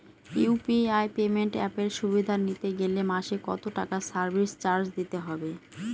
UPI payment অ্যাপের সুবিধা নিতে গেলে মাসে কত টাকা সার্ভিস চার্জ দিতে হবে?